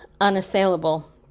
unassailable